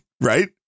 right